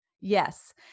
Yes